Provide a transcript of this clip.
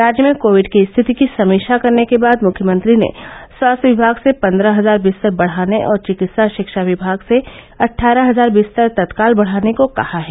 राज्य में कोविड की स्थिति की समीक्षा करने के बाद मुख्यमंत्री ने स्वास्थ्य विभाग से पन्द्रह हजार विस्तर बढ़ाने और चिकित्सा शिक्षा विभाग से अट्ठारह हजार विस्तर तत्काल बढ़ाने को कहा है